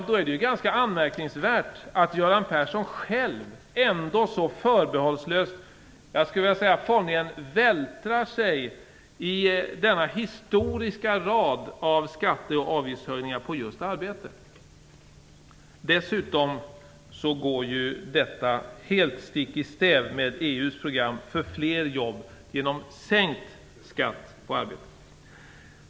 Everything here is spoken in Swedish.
Med tanke på detta är det ganska anmärkningsvärt att Göran Persson själv förbehållslöst formligen vältrar sig i denna historiska rad av skatteoch avgiftshöjningar just när det gäller arbete. Detta går dessutom stick i stäv med EU:s program för att fler jobb skall skapas genom en sänkt skatt på arbete.